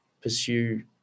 pursue